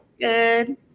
Good